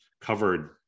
covered